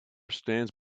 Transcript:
stands